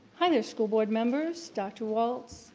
hi there school board members, dr. walts,